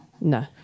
No